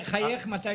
אם אפשר,